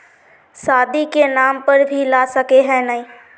शादी के नाम पर भी ला सके है नय?